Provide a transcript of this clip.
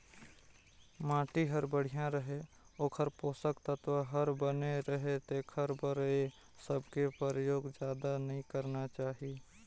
माटी हर बड़िया रहें, ओखर पोसक तत्व हर बने रहे तेखर बर ए सबके परयोग जादा नई करना चाही